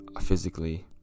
physically